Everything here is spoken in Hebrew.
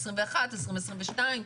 2022,